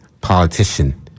politician